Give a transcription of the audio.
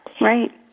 Right